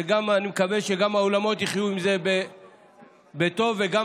ואני מקווה שגם האולמות יחיו עם זה בטוב וגם